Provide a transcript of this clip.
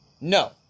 No